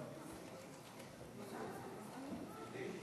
חוק ההוצאה לפועל (תיקון